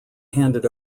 handed